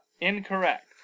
Incorrect